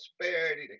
Prosperity